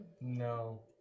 No